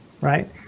right